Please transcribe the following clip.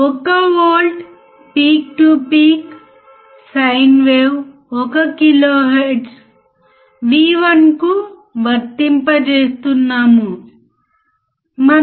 5 వోల్ట్ల 1 కిలోహెర్ట్జ్ యొక్క ఇన్పుట్ వోల్టేజ్ను వర్తింపజేస్తే అవుట్పుట్ ఏమిటి